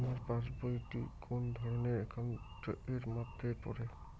আমার পাশ বই টি কোন ধরণের একাউন্ট এর মধ্যে পড়ে?